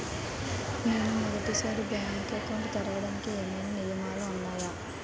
నేను మొదటి సారి బ్యాంక్ అకౌంట్ తెరవడానికి ఏమైనా నియమాలు వున్నాయా?